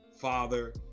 father